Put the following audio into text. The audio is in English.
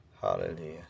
hallelujah